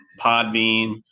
podbean